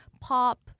pop